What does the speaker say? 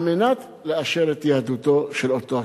על מנת לאשר את יהדותו של אותו האיש.